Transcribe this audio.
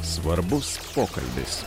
svarbus pokalbis